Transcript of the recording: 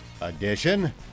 edition